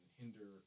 hinder